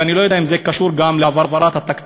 ואני לא יודע אם זה קשור גם להעברת התקציב,